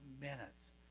minutes